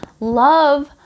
love